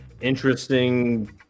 interesting